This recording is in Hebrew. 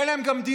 גם אין להם דיור.